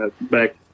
back